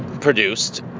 produced